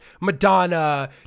Madonna